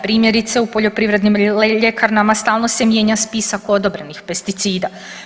Primjerice u poljoprivrednim ljekarnama stalno se mijenja spisak odobrenih pesticida.